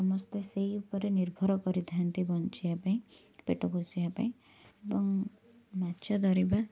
ସମସ୍ତେ ସେଇ ଉପରେ ନିର୍ଭର କରିଥାନ୍ତି ବଞ୍ଚିବା ପାଇଁ ପେଟ ପୋଷିବା ପାଇଁ ଏବଂ ମାଛ ଧରିବା